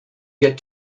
get